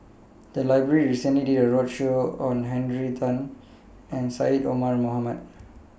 The Library recently did A roadshow on Henry Tan and Syed Omar Mohamed